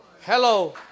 Hello